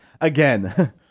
again